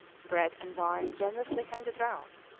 bread and wine generously handed round,